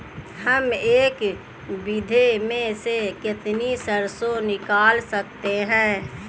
हम एक बीघे में से कितनी सरसों निकाल सकते हैं?